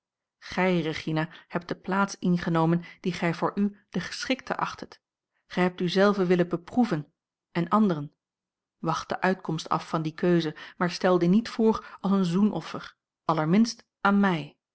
gij regina hebt de plaats ingenomen die gij voor u de geschikte achttet gij hebt u zelve willen beproeven en anderen wacht de uitkomst af van die keuze maar stel die niet voor als een zoenoffer allerminst aan mij